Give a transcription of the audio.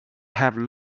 have